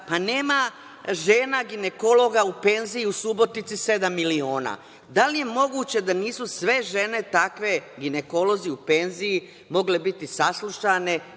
pa nema žena ginekologa u penziji u Subotici sedam miliona, da li je moguće da nisu sve takve žene, ginekolozi u penziji, mogle biti saslušane,